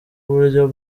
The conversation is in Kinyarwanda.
uburyo